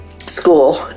school